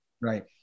Right